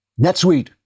NetSuite